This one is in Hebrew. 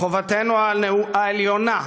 חובתנו העליונה,